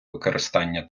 використання